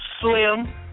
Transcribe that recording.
Slim